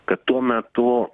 kad tuo metu